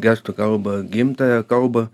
gestų kalbą gimtąją kalbą